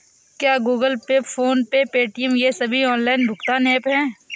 क्या Google Pay PhonePe Paytm ये सभी ऑनलाइन भुगतान ऐप हैं?